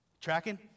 Tracking